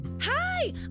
Hi